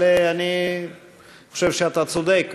אבל אני חושב שאתה צודק,